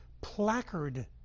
placard